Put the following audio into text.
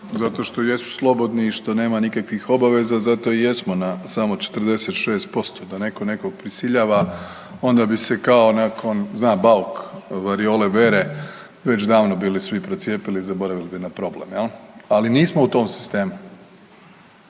zato što jesu slobodni i što nema nikakvih obaveza zato i jesmo na samo 46%. Da neko nekog prisiljava onda bi se kao nakon, zna Bauk variole vere, već davno bili svi procijepili i zaboravili bi na problem jel, ali nismo u tom sistemu.